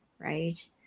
right